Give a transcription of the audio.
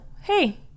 hey